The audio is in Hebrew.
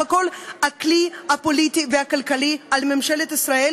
הכול כלי פוליטי וכלכלי על ממשלת ישראל,